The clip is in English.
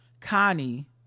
connie